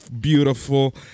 beautiful